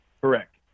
Correct